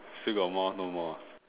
still got more no more ah